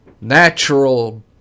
natural